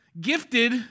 gifted